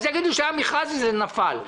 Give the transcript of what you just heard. אז יגידו שהיה מכרז וזה נפל.